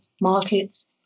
markets